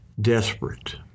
desperate